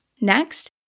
Next